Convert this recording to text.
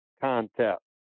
contest